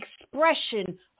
expression